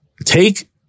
Take